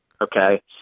okay